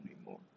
anymore